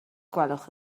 gwelwch